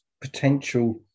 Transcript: potential